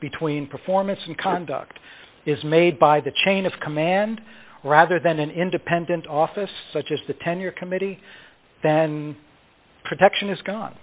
between performance and conduct is made by the chain of command rather than an independent office such as the tenure committee then protection is gone